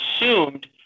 assumed